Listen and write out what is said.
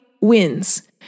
wins